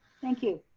thank you.